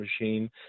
machine